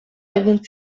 egin